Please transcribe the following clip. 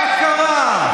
מה קרה?